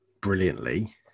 brilliantly